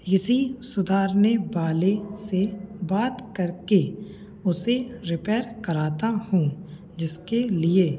किसी सुधारने वाले से बात करके उसे रिपेयर कराता हूँ जिसके लिए